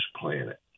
planet